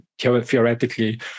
theoretically